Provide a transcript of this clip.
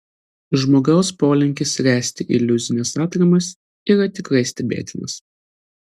žmogaus polinkis ręsti iliuzines atramas yra tikrai stebėtinas